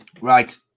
Right